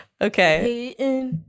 Okay